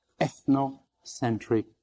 ethnocentric